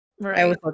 right